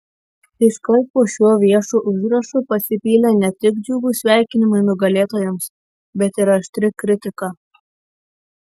iškart po šiuo viešu įrašu pasipylė ne tik džiugūs sveikinimai nugalėtojams bet ir aštri kritika